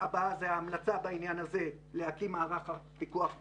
ההמלצה בעניין הזה היא להקים מערך פיקוח ואכיפה.